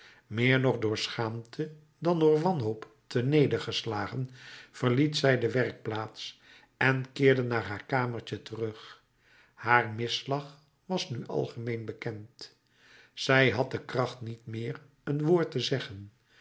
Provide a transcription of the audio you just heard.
meer nog door schaamte dan door wanhoop ternedergeslagen verliet zij de werkplaats en keerde naar haar kamertje terug haar misslag was dan nu algemeen bekend zij had de kracht niet meer een woord te zeggen